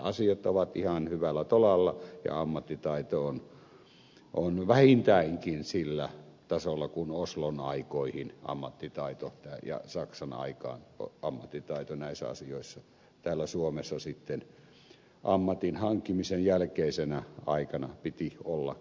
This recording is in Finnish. asiat ovat ihan hyvällä tolalla ja ammattitaito on vähintäänkin sillä tasolla kuin oslon aikoihin ja saksan aikaan näissä asioissa täällä suomessa sitten ammatin hankkimisen jälkeisenä aikana piti ollakin